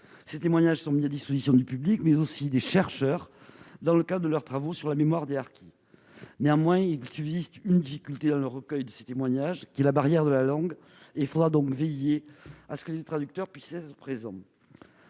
Ces témoignages sont mis à disposition du public, mais aussi des chercheurs, dans le cadre de leurs travaux sur la mémoire des harkis. Néanmoins, une difficulté subsiste quant au recueil de ces témoignages : la barrière de la langue. Il faudra donc veiller à ce que des traducteurs soient présents.